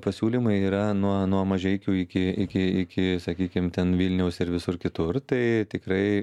pasiūlymai yra nuo nuo mažeikių iki iki iki sakykim ten vilniaus ir visur kitur tai tikrai